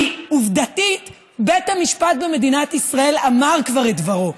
כי עובדתית בית המשפט במדינת ישראל אמר כבר את דברו: